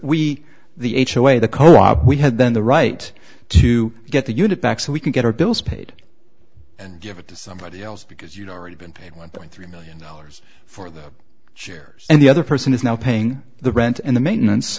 we the h away the co op we had then the right to get the unit back so we can get our bills paid and give it to somebody else because you'd already been paid one point three million dollars for the shares and the other person is now paying the rent and the maintenance